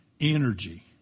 energy